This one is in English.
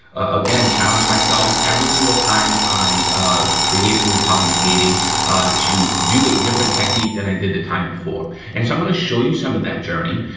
again, challenge myself every single time i create a new polymer eighty to do a different technique than i did the time before and so i'm gonna show you some of that journey,